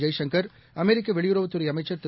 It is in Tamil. ஜெய்சங்கர் அமெரிக்கவெளியுறவுத்துறைஅமைச்சர் திரு